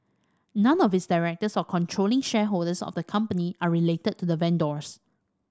none of its directors or controlling shareholders of the company are related to the vendors